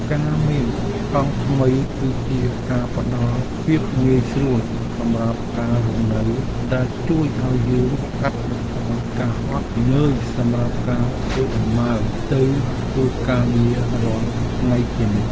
ការមានកង់ថ្មីគឺជាការផ្ដល់ភាពងាយស្រួលសម្រាប់ការរស់នៅដែលជួយឱ្យយើងកាត់បន្ថយការហត់នឿយសម្រាប់ការធ្វើដំណើរទៅធ្វើការងាររាល់ថ្ងៃជានិច្ច។